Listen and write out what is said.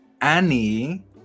Annie